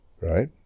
right